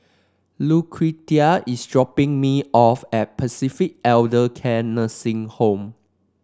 Lucretia is dropping me off at Pacific Elder Care Nursing Home